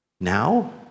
Now